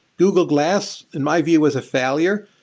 google glass, in my view, was a failure,